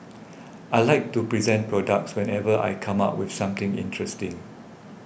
I like to present products whenever I come up with something interesting